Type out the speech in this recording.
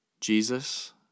Jesus